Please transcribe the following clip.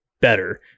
better